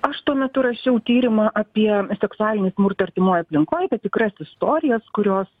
aš tuo metu rašiau tyrimą apie seksualinį smurtą artimoj aplinkoj apie tikras istorijas kurios